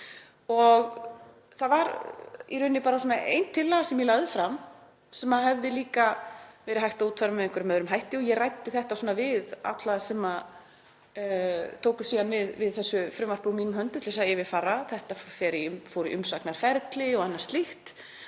Það var í rauninni bara ein tillaga sem ég lagði fram sem hefði líka verið hægt að útfæra með einhverjum öðrum hætti. Ég ræddi þetta við alla sem tóku síðan við þessu frumvarpi úr mínum höndum til að yfirfara þetta, þetta fór í umsagnarferli og annað slíkt.